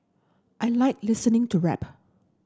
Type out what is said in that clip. I like listening to rap